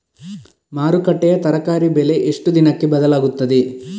ಮಾರುಕಟ್ಟೆಯ ತರಕಾರಿ ಬೆಲೆ ಎಷ್ಟು ದಿನಕ್ಕೆ ಬದಲಾಗುತ್ತದೆ?